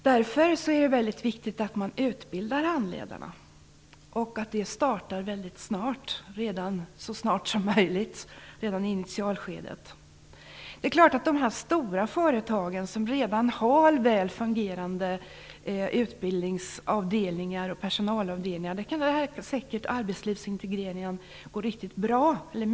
Därför är det viktigt att man utbildar handledarna och att denna utbildning startar så snart som möjligt, helst redan i initialskedet. Det är klart att arbetslivsintegreringen kan gå mycket bra på de stora företagen som redan har väl fungerande utbildningsavdelningar och personalavdelningar.